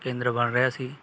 ਕੇਂਦਰ ਬਣ ਰਿਹਾ ਸੀ